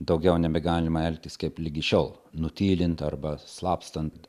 daugiau nebegalima elgtis kaip ligi šiol nutylint arba slapstant